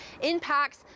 impacts